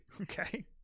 Okay